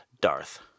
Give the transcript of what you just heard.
Darth